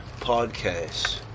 podcast